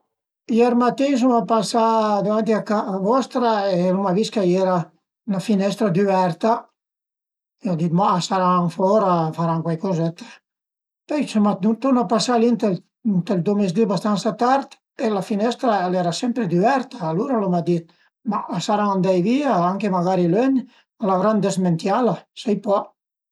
Cuand andazìu ai bulé partìu da ca ch'al era anche nöit e andazìu via sensa la pila, i savìu già ëndua büté i pe, cunusìu tüte le pere ch'a i era ënt ël viöl, suma arivé ënt ün post ën muntagna sut a ün fo, l'uma truvà, l'ai truvà ën bel bulé, pöi ai ausà la testa, a i sarà stane almenu 'na tranten-a tüti ün tacà a l'aut